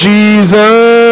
Jesus